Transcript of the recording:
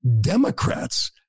Democrats